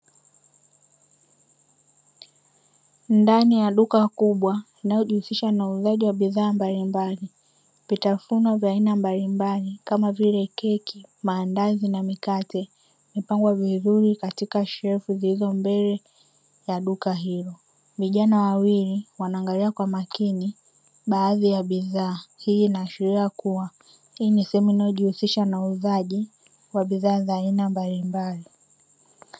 Ndani ya duka kubwa linalojihusisha na uuzaji wa bidhaa mbalimbali, vitafunwa vya aina mbalimbali, kama vile: keki, maandazi na mikate, vimepangwa vizuri katika shelfu zilizo mbele ya duka hilo. Vijana wawili wanaangalia kwa makini baadhi ya bidhaa. Hii inaashiria kuwa hii ni sehemu inayojihusisha na uuzaji wa bidhaa za aina mbalimbali.